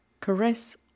Caress